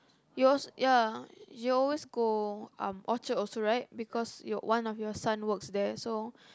it was ya you always go um Orchard also right because you one of your sons work there so